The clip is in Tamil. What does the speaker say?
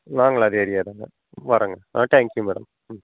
நாங்களும் அதே ஏரியா தாங்க வர்றோங்க ஆ தேங்க் யூ மேடம் ம்